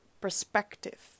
perspective